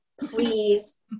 please